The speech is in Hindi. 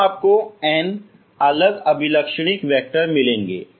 तो आपको n अलग अभिलक्षणिक वैक्टर मिलेंगे